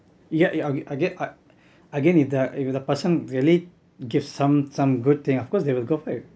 yeah yeah again again uh again if the person really give some some good thing of course they will go for it